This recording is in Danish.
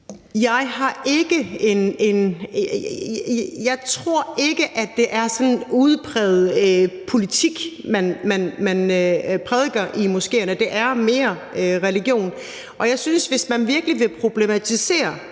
Jeg tror ikke, at det er sådan udpræget politik, man prædiker i moskéerne, det er mere religion. Og jeg synes, at hvis man virkelig vil problematisere